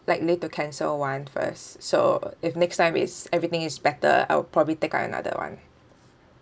likely to cancel one first so if next time is everything is better I will probably take up another one